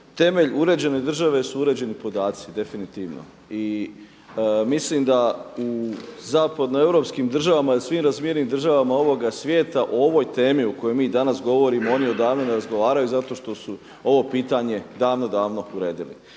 temelj uređene države su uređeni podaci definitivno. I mislim da u zapadnoeuropskim državama i svim razvijenim državama ovoga svijeta o ovoj temi o kojoj mi danas govorimo oni odavno ne razgovaraju zato što su ovo pitanje davno, davno uredili.